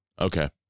Okay